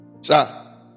Sir